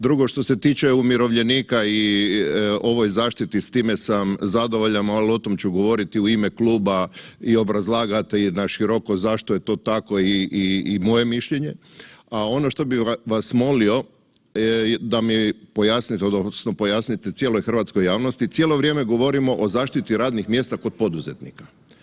Drugo što se tiče umirovljenika i ovoj zaštiti s time sam zadovoljan, ali o tome ću govoriti u ime kluba i obrazlagati naširoko zašto je to tako i moje mišljenje, a ono što bih vas molio da mi pojasnite odnosno pojasnite cijeloj hrvatskoj javnosti, cijelo vrijeme govorimo o zaštiti radnih mjesta kod poduzetnika.